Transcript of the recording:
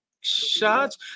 shots